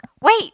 wait